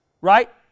Right